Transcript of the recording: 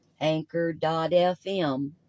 anchor.fm